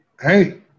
hey